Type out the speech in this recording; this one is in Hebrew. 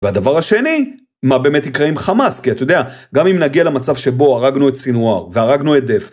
והדבר השני, מה באמת יקרה עם חמאס? כי אתה יודע, גם אם נגיע למצב שבו הרגנו את סינואר, והרגנו את דף.